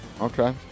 Okay